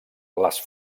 les